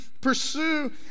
pursue